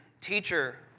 teacher